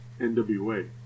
NWA